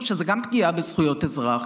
שזו גם פגיעה בזכויות אזרח,